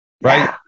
right